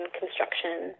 construction